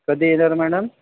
कधी येणार मॅडम